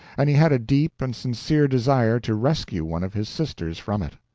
and he had a deep and sincere desire to rescue one of his sisters from it.